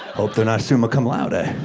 hope they're not summa cum laude. ah